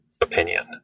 opinion